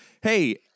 Hey